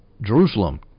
Jerusalem